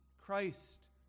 Christ